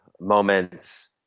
moments